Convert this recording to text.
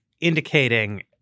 indicating